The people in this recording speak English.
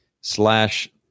slash